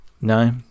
No